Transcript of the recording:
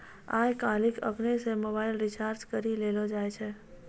आय काइल अपनै से मोबाइल रिचार्ज करी लेलो जाय छै